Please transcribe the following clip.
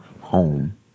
home